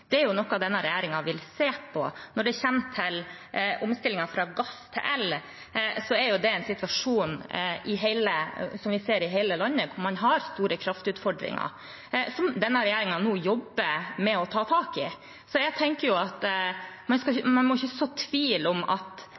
Det er noe denne regjeringen vil se på. Når det gjelder omstillingen fra gass til el, er det en situasjon vi ser i hele landet – at man har store kraftutfordringer som denne regjeringen nå jobber med å ta tak i. Man må ikke så tvil om at denne regjeringen tar veksthusnæringen på alvor, og at